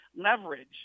leverage